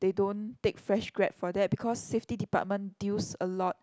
they don't take fresh grad for that because safety department deals a lot